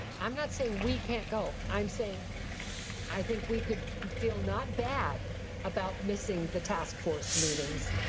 i'm not saying we can't go. i'm saying i think we could feel not bad about missing the task force meetings,